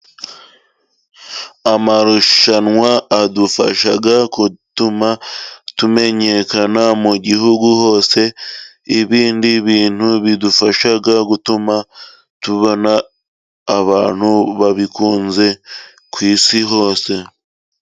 Amarushanwa adufasha gutuma tumenyekana mu gihugu hose, ibindi bintu bidufasha gutuma tubona abantu babikunze ku isi hose.